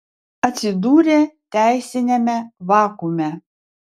atsidūrė teisiniame vakuume